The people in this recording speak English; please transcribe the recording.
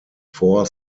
four